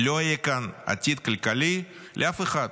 לא יהיה כאן עתיד כלכלי לאף אחד,